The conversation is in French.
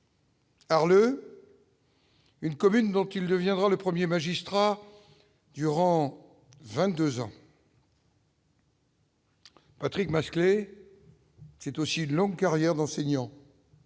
le. Une commune dont il deviendra le 1er magistrat durant 22 ans. Patrick Masclet. C'est aussi une longue carrière d'enseignant